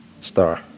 Star